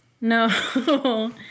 No